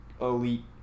elite